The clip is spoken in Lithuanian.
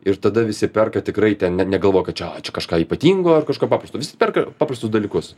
ir tada visi perka tikrai ten ne negalvoja kad čia čia kažką ypatingo ar kažką paprasto visi perka paprastus dalykus